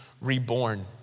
reborn